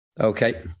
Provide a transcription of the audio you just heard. okay